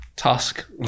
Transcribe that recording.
Tusk